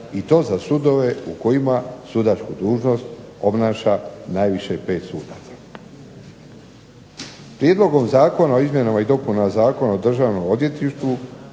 i to za sudove u kojima sudačku dužnost obnaša najviše 5 sudaca. Prijedlogom Zakona o izmjenama i dopunama Zakona o Državnom odvjetništvu